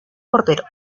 portero